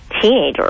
teenager